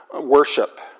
worship